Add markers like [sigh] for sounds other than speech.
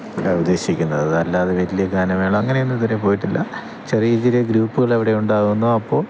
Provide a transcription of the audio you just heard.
[unintelligible] ഉദേശിക്കുന്നത് അതല്ലാതെ വലിയ ഗാനമേള അങ്ങനെയൊന്നും ഇതുവരെ പോയിട്ടില്ല ചെറിയ ചെറിയ ഗ്രൂപ്പുകൾ അവിടെ ഉണ്ടാകുന്നോ അപ്പോൾ